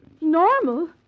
Normal